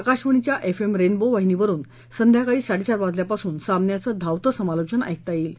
आकाशवाणीच्या FM rainbow वाहिनीवरून संध्याकाळी साडेचार वाजल्यापासून सामन्याचे धावत समालोचन ऐकता येईल